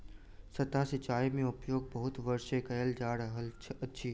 सतह सिचाई के उपयोग बहुत वर्ष सँ कयल जा रहल अछि